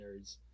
nerds